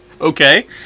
Okay